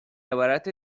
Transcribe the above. عبارت